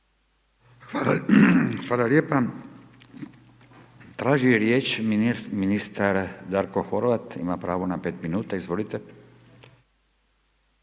Hvala lijepa. Tražio je riječ ministar Darko Horvat, ima pravo na 5 minuta, izvolite.